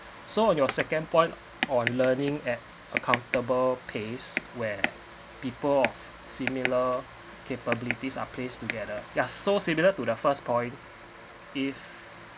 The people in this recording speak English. so on your second point on learning at a comfortable pace where people of similar capabilities are placed together yeah so similar to the first point if